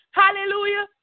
hallelujah